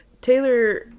Taylor